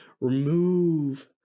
remove